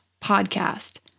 podcast